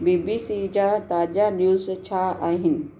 B B C जा ताज़ा news छा आहिनि